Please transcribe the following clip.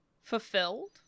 fulfilled